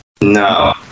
No